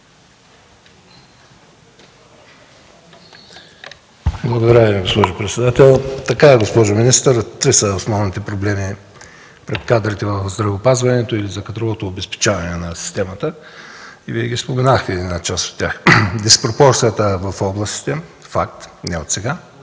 Благодаря Ви, госпожо председател. Така е, госпожо министър, три са основните проблеми пред кадрите в здравеопазването или за кадровото обезпечаване на системата и Вие споменахте една част от тях – диспропорцията в областите – факт не отсега,